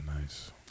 nice